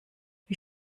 wie